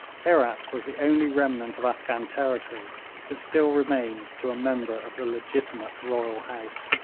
herat was the only remnant of afghan territory that still remained to a member of the legitimate royal house.